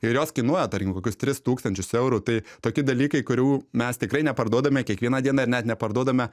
ir jos kainuoja tarkim kokius tris tūkstančius eurų tai toki dalykai kurių mes tikrai neparduodame kiekvieną dieną ir net neparduodame